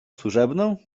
służebną